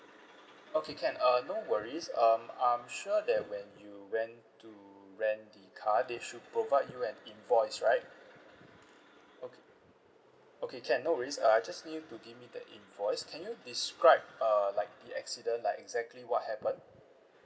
okay can uh no worries um I'm sure that when you rent to rent the car they should provide you an invoice right o~ okay can no worries uh I just need you to give me the invoice can you describe err like the accident like exactly what happened